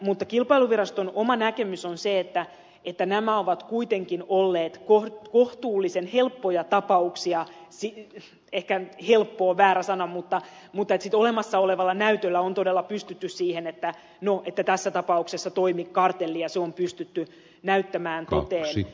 mutta kilpailuviraston oma näkemys on se että nämä ovat kuitenkin olleet kohtuullisen helppoja tapauksia ehkä helppo on väärä sana mutta siis olemassa olevalla näytöllä on todella pystytty havaitsemaan että tässä tapauksessa toimi kartelli ja se on pystytty näyttämään toteen